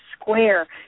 square